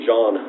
John